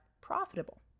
profitable